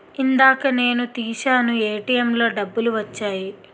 ఇందాక నేను తీశాను ఏటీఎంలో డబ్బులు వచ్చాయి